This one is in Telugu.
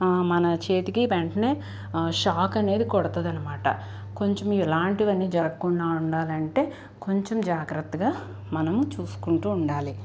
మన చేతికి వెంటనే షాక్ అనేది కొడుతుంది అనమాట కొంచెం ఇలాంటివన్నీ జరగకుండా ఉండాలంటే కొంచెం జాగ్రత్తగా మనము చూసుకుంటూ ఉండాలి